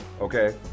Okay